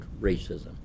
racism